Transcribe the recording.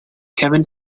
kevin